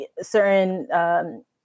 certain